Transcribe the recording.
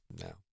No